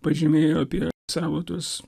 pažymėjo apie savo tuos